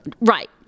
Right